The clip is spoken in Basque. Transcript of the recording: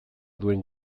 duen